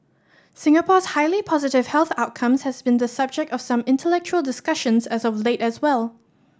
Singapore's highly positive health outcomes has been the subject of some intellectual discussions as of late as well